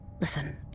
Listen